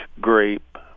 grape